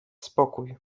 spokój